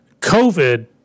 covid